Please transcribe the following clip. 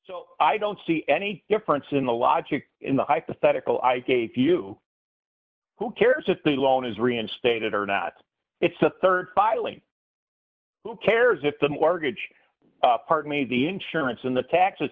so i don't see any difference in the logic in the hypothetical i gave you who cares if the loan is reinstated or not it's the rd filing who cares if the mortgage part made the insurance in the taxes